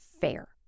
fair